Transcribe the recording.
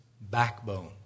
backbone